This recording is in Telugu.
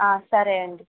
సరే అండీ